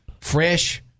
fresh